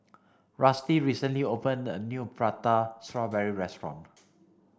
rusty recently opened a new Prata Strawberry restaurant